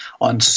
on